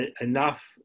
enough